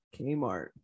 Kmart